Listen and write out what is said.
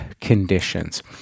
conditions